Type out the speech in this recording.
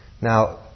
Now